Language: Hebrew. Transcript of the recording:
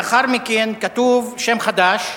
לאחר מכן כתוב שם חדש,